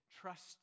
trust